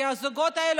כי הזוגות האלה,